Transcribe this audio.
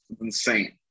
Insane